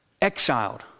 exiled